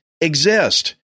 exist